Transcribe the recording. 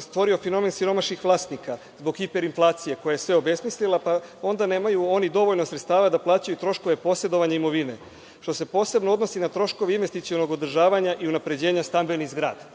stvorio fenomen siromašnih vlasnika zbog hiper inflacije koja je sve obesmislila, pa onda nemaju oni dovoljno sredstava da plaćaju troškove posedovanja imovine, što se posebno odnosi na troškove investicionog održavanja i unapređenja stambenih zgrada.